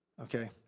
Okay